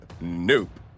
Nope